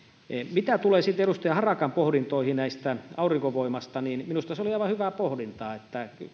mitä tulee edustaja harakan pohdintoihin aurinkovoimasta niin minusta se oli aivan hyvää pohdintaa